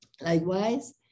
Likewise